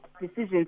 decisions